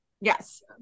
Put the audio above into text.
Yes